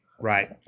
right